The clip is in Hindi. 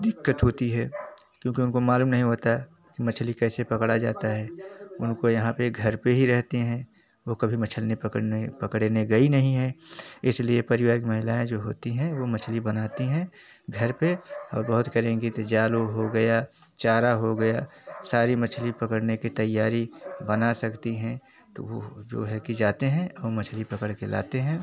दिक़्क़त होती है क्योंकि उनको मालूम नहीं होता मछली कैसे पकड़ी जाती है उनको यहाँ पर घर पर ही रहती हैं वे कभी मछली पकड़ने गई नहीं है इसलिए परिवार की महिलाएँ जो होती है वे मछली बनाती है घर पर और बहुत करेंगी तो जाल हो गया चारा हो गया सारी मछली पकड़ने की तैयारी बना सकती हैं तो वे जाते हैं मछली पकड़ कर लाती हैं